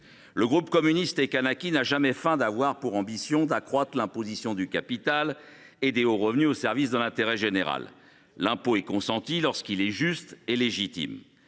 et Écologiste – Kanaky n’a jamais feint de ne pas avoir l’ambition d’accroître l’imposition du capital et des hauts revenus au service de l’intérêt général. L’impôt est consenti lorsqu’il est juste et légitime.